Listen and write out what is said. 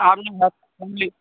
आब नहि होयत टाइमली